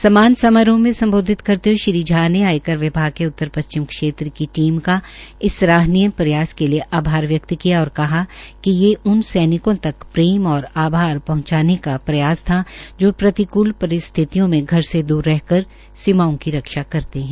सम्मान समारोह में सम्बोधित करते हये श्री झा ने आयकर विभाग के उत्तर पश्चिम क्षेत्र की टीम का इस सराहनीय प्रयास के लिये आभार व्यक्त किया और कहा कि ये उनक सैनिकों तक प्रेम और आभार पहंचाने का प्रयास था जो प्रतिकूल परिस्थितियों में घर से दूर रहकर सीमाओं की रक्षा करते है